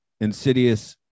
insidious